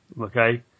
okay